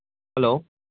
hello